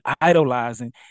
idolizing